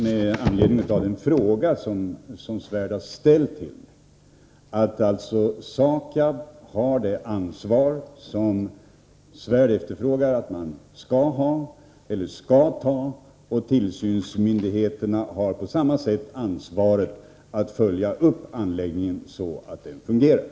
Med anledning av den fråga som Anders Svärd ställt till mig vill jag säga att jag anser att SAKAB har det ansvar som Anders Svärd menar att man skall ta. På samma sätt har tillsynsmyndigheterna ansvaret för uppföljningen, så att anläggningen fungerar.